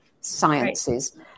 sciences